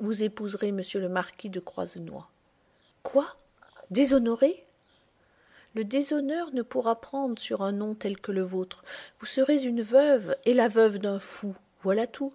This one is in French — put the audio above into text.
vous épouserez m le marquis de croisenois quoi déshonorée le déshonneur ne pourra prendre sur un nom tel que le vôtre vous serez une veuve et la veuve d'un fou voilà tout